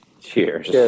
Cheers